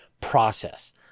process